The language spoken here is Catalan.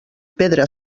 pedra